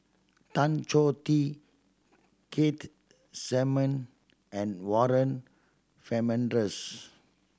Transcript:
Tan Choh Tee Keith Simmon and Warren Fernandez